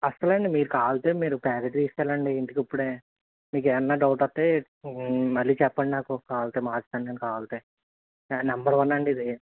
అస్సలు అండి మీరు కావళ్తే మీరు ప్యాకెట్ తీసుకెళ్ళండి ఇంటికి ఇప్పుడే మీకు ఏమన్నా డౌట్ వస్తే మళ్ళీ చెప్పండి నాకు కావళ్తే మారుస్తాను నేను కావళ్తే నంబర్ వన్ అండి ఇది